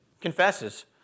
confesses